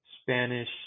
Spanish